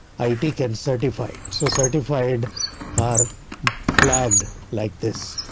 i take and certified so certified are flagged like this,